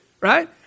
right